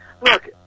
Look